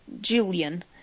Julian